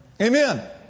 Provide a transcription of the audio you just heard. Amen